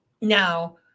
Now